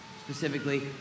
specifically